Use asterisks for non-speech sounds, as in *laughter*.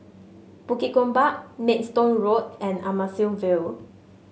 Bukit Gombak Maidstone Road and *unintelligible* Ville